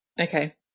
Okay